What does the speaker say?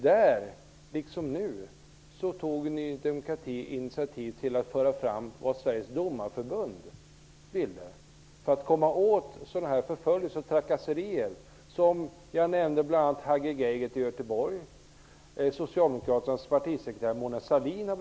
Då liksom nu tog Ny demokrati initiativet att föra fram vad Sveriges Domareförbund framförde för att komma åt sådana förföljelser och trakasserier som drabbat bl.a. Hagge Geigert i Göteborg och socialdemokraternas partisekreterare Mona Sahlin.